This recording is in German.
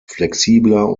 flexibler